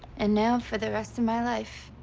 and now, for the rest of my life,